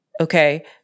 Okay